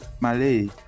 Malay